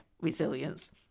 resilience